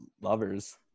lovers